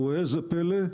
וראה זה פלא,